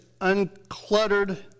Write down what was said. uncluttered